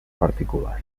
particular